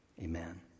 amen